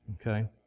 Okay